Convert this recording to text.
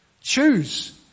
choose